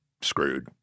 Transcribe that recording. screwed